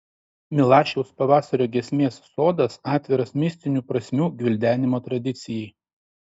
milašiaus pavasario giesmės sodas atviras mistinių prasmių gvildenimo tradicijai